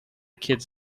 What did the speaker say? kids